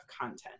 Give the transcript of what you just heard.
content